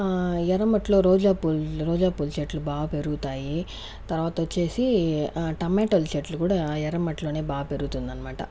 ఎర్రమట్టిలో రోజా పూలు రోజా పూలు చెట్లు బాగా పెరుగుతాయి తర్వాత వచ్చేసి టమాటోలు చెట్లు కూడా ఎర్రమ్మట్లోనే బాగా పెరుగుతుంది అనమాట